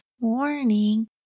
morning